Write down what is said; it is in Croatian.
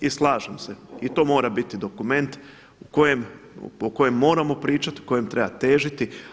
I slažem se i to mora biti dokument o kojem moramo pričati, kojem treba težiti.